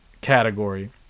Category